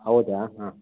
ಹೌದಾ ಹಾಂ